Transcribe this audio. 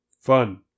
fun